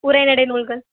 உரைநடை நூல்கள்